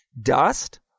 Dust